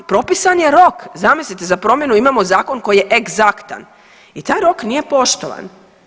Propisan je rok, zamislite za promjenu imamo zakon koji je egzaktan i taj rok nije poštovan.